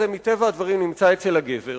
מטבע הדברים הרכב הפרטי הזה נמצא אצל הגבר,